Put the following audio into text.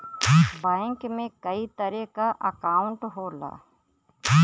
bank में कई तरे क अंकाउट होला